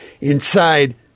inside